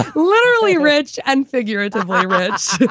literally rich and figuratively. roads.